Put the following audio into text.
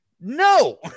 no